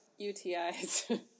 UTIs